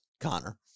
Connor